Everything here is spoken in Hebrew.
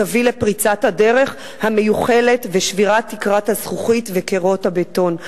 תביא לפריצת הדרך המיוחלת ולשבירת תקרת הזכוכית וקירות הבטון.